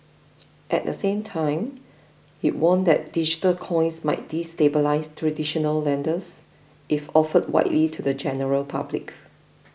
at the same time it warned that digital coins might destabilise traditional lenders if offered widely to the general public